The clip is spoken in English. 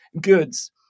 goods